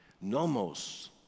nomos